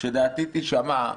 שדעתי תישמע.